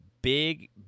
Big